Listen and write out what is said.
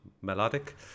melodic